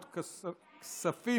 פרוש,